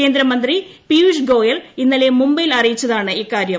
കേന്ദ്ര മന്ത്രി പീയുഷ് ഗോയൽ ഇന്നലെ മുംബൈയിൽ അറിയിച്ചതാണ് ഇക്കാര്യം